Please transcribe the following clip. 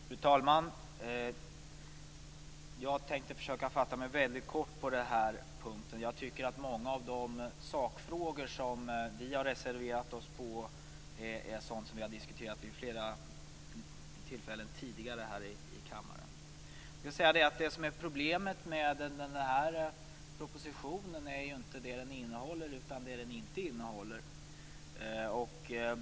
Fru talman! Jag tänkte försöka fatta mig väldigt kort. Jag tycker att många av de sakfrågor som vi har reserverat oss för är sådant som vi har diskuterat vid flera tillfällen tidigare här i kammaren. Det som är problemet med den här propositionen är inte det den innehåller utan det den inte innehåller.